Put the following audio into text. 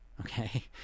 okay